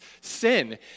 sin